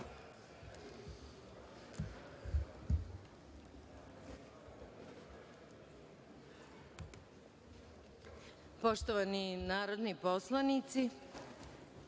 poštovani narodni poslanici,